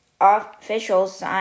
officials